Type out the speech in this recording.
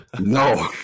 No